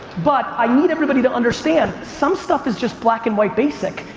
but i need everybody to understand, some stuff is just black and white basic.